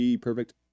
perfect